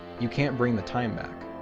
you can't bring the time back.